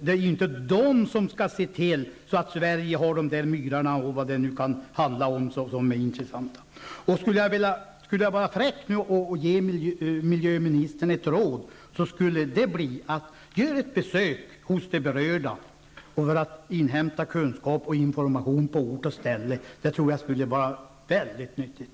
Det är inte de som skall se till att Sverige har kvar dessa myrar som är intressanta, eller vad det nu kan handla om. Vore jag nu fräck nog att ge miljöministern ett råd skulle det bli: Gör ett besök hos de berörda och inhämta kunskap och information på ort och ställe. Det tror jag skulle vara mycket nyttigt.